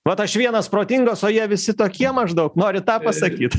vat aš vienas protingas o jie visi tokie maždaug norit tą pasakyt